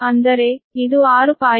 ಅಂದರೆ ಇದು 6